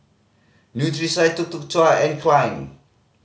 Nutrisoy Tuk Tuk Cha and Klein